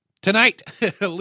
Tonight